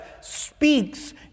speaks